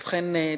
ובכן,